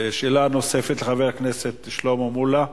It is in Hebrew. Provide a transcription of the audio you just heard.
שאלה נוספת לחבר הכנסת שלמה מולה.